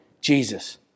Jesus